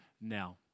now